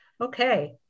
Okay